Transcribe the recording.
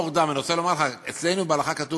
אני רוצה רק לומר לך שאני עכשיו לא עונה מה שהשר ביקש לענות,